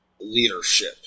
leadership